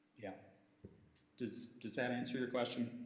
yeah does does that answer your question?